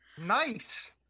Nice